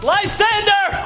Lysander